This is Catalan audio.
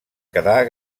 quedar